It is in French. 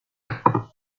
pirates